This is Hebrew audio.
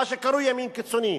מה שקרוי ימין קיצוני.